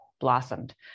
blossomed